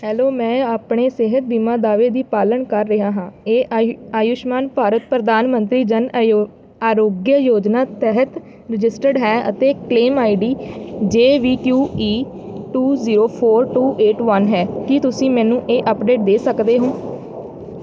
hello ਮੈਂ ਆਪਣੇ ਸਿਹਤ ਬੀਮਾ ਦਾਅਵੇ ਦੀ ਪਾਲਣ ਕਰ ਰਿਹਾ ਹਾਂ ਇਹ ਆਯੁ ਆਯੁਸ਼ਮਾਨ ਭਾਰਤ ਪ੍ਰਧਾਨ ਮੰਤਰੀ ਜਨ ਆਯੋ ਅਰੋਗਿਆ ਯੋਜਨਾ ਤਹਿਤ ਰਜਿਸਟਰਡ ਹੈ ਅਤੇ claim I D J V Q E two zero four two eight one ਹੈ ਕੀ ਤੁਸੀਂ ਮੈਨੂੰ ਇਹ ਅਪਡੇਟ ਦੇ ਸਕਦੇ ਹੋ